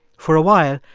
for a while,